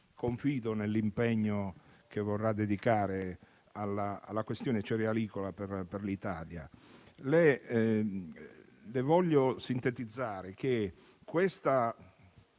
confido nell'impegno che vorrà dedicare alla questione cerealicola per l'Italia. Le voglio sintetizzare che il